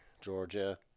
Georgia